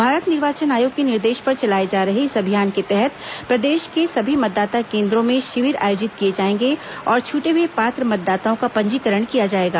भारत निर्वाचन आयोग के निर्देश पर चलाए जा रहे इस अभियान के तहत प्रदेश के सभी मतदाता केन्द्रों में शिविर आयोजित किए जाएंगे और छूटे हए पात्र मतदाताओं का पंजीकरण किया जाएगा